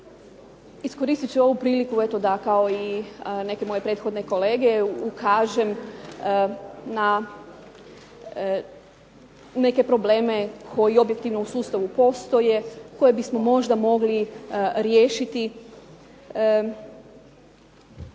Iskoristit ću ovu priliku eto da kao i neke moje prethodne kolege ukažem na neke probleme koji objektivno u sustavu postoje, koje bismo možda mogli riješiti.